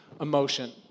emotion